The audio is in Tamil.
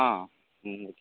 ஆ ஓ